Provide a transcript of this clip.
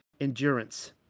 endurance